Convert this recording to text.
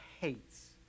hates